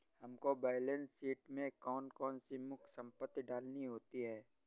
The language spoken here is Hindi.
हमको बैलेंस शीट में कौन कौन सी मुख्य संपत्ति डालनी होती है?